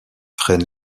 freine